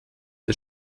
der